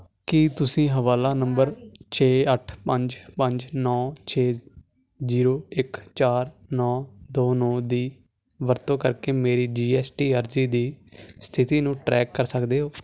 ਕੀ ਤੁਸੀਂ ਹਵਾਲਾ ਨੰਬਰ ਛੇ ਅੱਠ ਪੰਜ ਪੰਜ ਨੌਂ ਛੇ ਜੀਰੋ ਇੱਕ ਚਾਰ ਨੌਂ ਦੋ ਨੌਂ ਦੀ ਵਰਤੋਂ ਕਰਕੇ ਮੇਰੀ ਜੀ ਐੱਸ ਟੀ ਅਰਜ਼ੀ ਦੀ ਸਥਿਤੀ ਨੂੰ ਟਰੈਕ ਕਰ ਸਕਦੇ ਹੋ